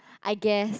I guess